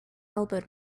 elbowed